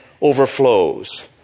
overflows